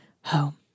home